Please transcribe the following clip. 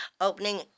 opening